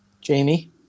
Jamie